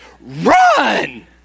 run